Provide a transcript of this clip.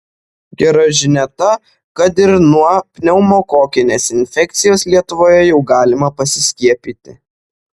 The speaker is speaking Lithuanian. gera žinia ta kad ir nuo pneumokokinės infekcijos lietuvoje jau galima pasiskiepyti